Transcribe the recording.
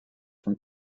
from